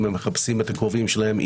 אם הם מחפשים את הקרובים שלהם,